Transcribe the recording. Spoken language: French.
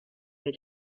est